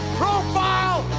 profile